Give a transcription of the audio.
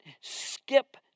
skip